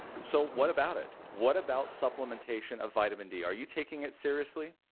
so what about it? what about supplementation of vitamin d? are you taking it seriously?